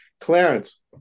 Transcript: Clarence